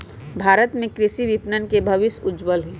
भारत में कृषि विपणन के भविष्य उज्ज्वल हई